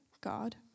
God